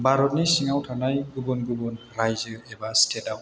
भारतनि सिङाव थानाय गुबुन गुबुन रायजो एबा स्टेटआव